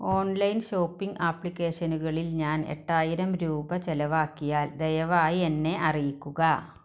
online shopping അപ്ലിക്കേഷനുകളിൽ ഞാൻ എട്ടായിരം രൂപ ചിലവാക്കിയാൽ ദയവായി എന്നെ അറിയിക്കുക